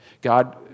God